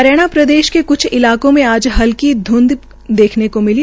हरियाणा प्रदेश के क्छ इलाकों में आज ध्ंध देखने को मिली